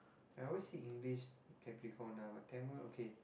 I always see English Capricorn ah but Tamil okay